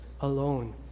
alone